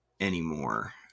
anymore